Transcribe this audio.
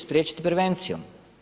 Spriječiti prevencijom.